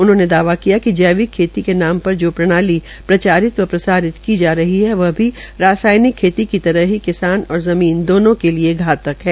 उन्होंने दावा किया कि जैविक खेती के नाम पर जो प्रणाली प्रचारित व प्रसारित की की जा रही है वह भी रासायनिक खेती की तरह ही किसान और ज़मीन दोनों के लिए धातक है